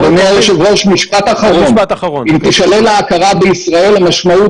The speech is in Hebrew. אבחונם במחלה וזיהוי האנשים